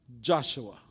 Joshua